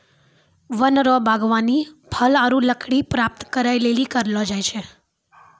वन रो वागबानी फल आरु लकड़ी प्राप्त करै लेली करलो जाय छै